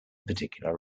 particular